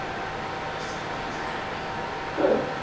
so tags, for example the title good.